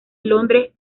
londres